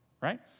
right